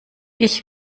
ich